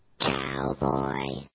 Cowboy